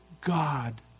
God